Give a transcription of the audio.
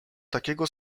takiego